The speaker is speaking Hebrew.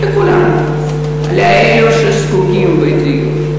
לאלה שזקוקים לדיור.